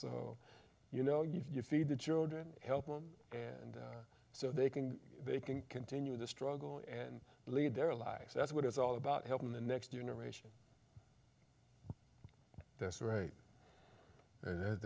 programs you know you'd feed the children help them and so they can they can continue the struggle and lead their lives that's what it's all about helping the next generation that's right and th